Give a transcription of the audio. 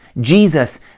Jesus